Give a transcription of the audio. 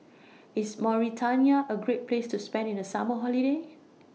IS Mauritania A Great Place to spend The Summer Holiday